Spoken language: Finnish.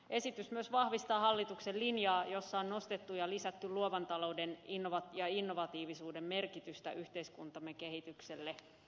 esitys myös vahvistaa hallituksen linjaa jossa on nostettu ja lisätty luovan talouden ja innovatiivisuuden merkitystä yhteiskuntamme kehitykselle